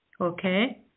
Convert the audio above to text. Okay